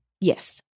Yes